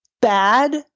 bad